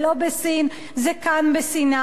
זה לא בסין, זה כאן בסיני.